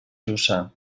jussà